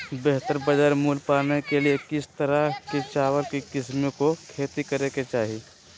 बेहतर बाजार मूल्य पाने के लिए किस तरह की चावल की किस्मों की खेती करे के चाहि?